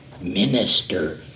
minister